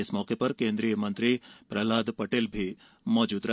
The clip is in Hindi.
इस मौके पर केंद्रीय मंत्री प्रहलाद पटेल भी मौजूद हैं